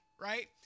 Right